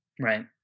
Right